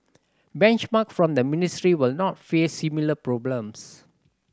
benchmark from the ministry will not face similar problems